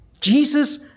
Jesus